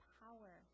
power